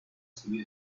subir